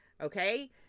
Okay